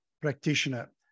practitioner